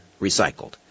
recycled